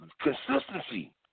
Consistency